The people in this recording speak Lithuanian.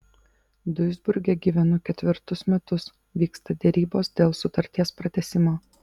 duisburge gyvenu ketvirtus metus vyksta derybos dėl sutarties pratęsimo